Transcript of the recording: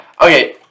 okay